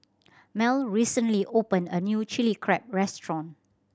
Mal recently opened a new Chilli Crab restaurant